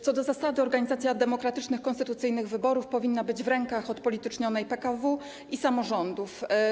Co do zasady organizacja demokratycznych, konstytucyjnych wyborów powinna być w rękach odpolitycznionej PKW i samorządów.